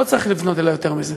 לא צריך לפנות אלי יותר מזה.